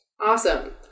Awesome